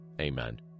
Amen